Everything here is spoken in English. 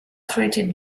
treated